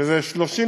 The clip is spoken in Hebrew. אלה 37